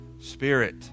Spirit